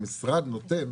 שהמשרד נותן